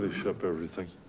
up everything.